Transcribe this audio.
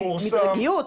מידתיות.